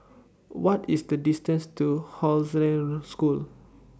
What IS The distance to Hollandse School